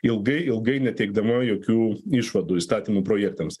ilgai ilgai neteikdama jokių išvadų įstatymų projektams